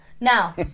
now